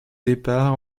départ